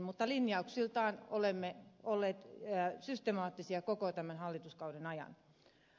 mutta linjauksiltamme olemme olleet systemaattisia koko tämän hallituskauden ajan